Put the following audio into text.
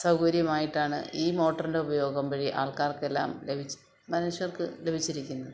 സൗകര്യമായിട്ടാണ് ഈ മോട്ടോറിൻറ്റുപയോഗം വഴി ആൾക്കാർക്കെല്ലാം ലഭിച്ചു മനുഷ്യർക്ക് ലഭിച്ചിരിക്കുന്നത്